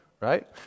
Right